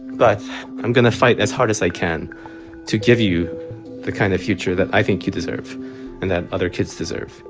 but i'm going to fight as hard as i can to give you the kind of future that i think you deserve and that other kids deserve